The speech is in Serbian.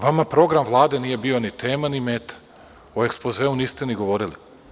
Vama program Vlade nije bio ni tema ni meta, o ekspozeu niste ni govorili.